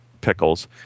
pickles